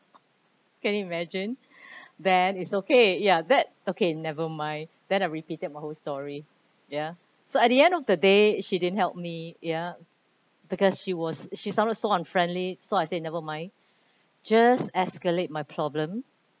can you imagine then it's okay ya that okay never mind then I repeated my whole story yeah so at the end of the day she didn't help me ya because she was she sounded so unfriendly so I say never mind just escalate my problem